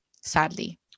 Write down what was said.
sadly